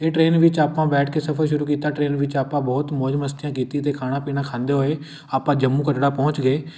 ਇਹ ਟਰੇਨ ਵਿੱਚ ਆਪਾਂ ਬੈਠ ਕੇ ਸਫਰ ਸ਼ੁਰੂ ਕੀਤਾ ਟਰੇਨ ਵਿੱਚ ਆਪਾਂ ਬਹੁਤ ਮੌਜ ਮਸਤੀਆਂ ਕੀਤੀ ਅਤੇ ਖਾਣਾ ਪੀਣਾ ਖਾਂਦੇ ਹੋਏ ਆਪਾਂ ਜੰਮੂ ਕਟੜਾ ਪਹੁੰਚ ਗਏ